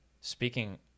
Speaking